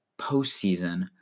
postseason